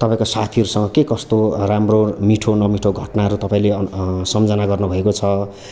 तपाईँको साथीहरूसँग के कस्तो राम्रो मिठो नमिठो घटनाहरू तपाईँले अनु सम्झना गर्नुभएको छ